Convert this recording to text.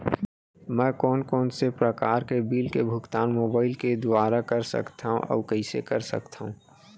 मैं कोन कोन से प्रकार के बिल के भुगतान मोबाईल के दुवारा कर सकथव अऊ कइसे कर सकथव?